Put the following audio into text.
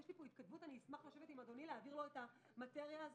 יש לי פה התכתבות אשמח לשבת עם אדוני ולהעביר לו את המטריה הזו,